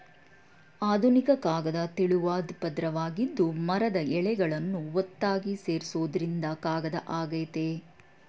ಆಧುನಿಕ ಕಾಗದ ತೆಳುವಾದ್ ಪದ್ರವಾಗಿದ್ದು ಮರದ ಎಳೆಗಳನ್ನು ಒತ್ತಾಗಿ ಸೇರ್ಸೋದ್ರಿಂದ ಕಾಗದ ಆಗಯ್ತೆ